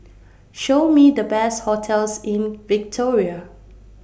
Show Me The Best hotels in Victoria